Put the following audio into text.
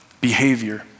behavior